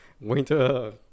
winter